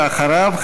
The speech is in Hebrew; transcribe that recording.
ואחריו,